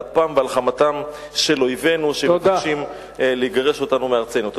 על אפם ועל חמתם של אויבינו שמבקשים לגרש אותנו מארצנו.